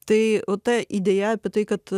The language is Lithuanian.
tai ta idėja apie tai kad